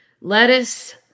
lettuce